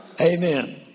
Amen